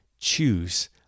Choose